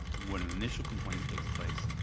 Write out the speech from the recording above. when an initial complaint takes place,